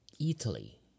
Italy